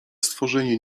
stworzenie